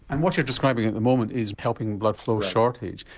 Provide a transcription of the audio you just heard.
and what you're describing at the moment is helping blood flow shortage.